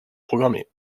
programmée